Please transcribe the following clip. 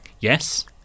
Yes